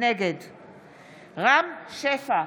נגד רם שפע,